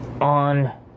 on